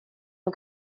nhw